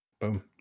Boom